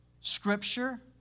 Scripture